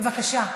בבקשה,